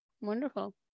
Wonderful